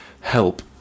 help